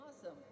Awesome